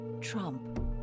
Trump